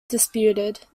disputed